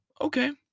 okay